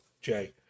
jay